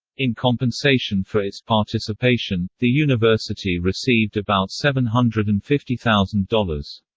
in compensation for its participation, the university received about seven hundred and fifty thousand dollars.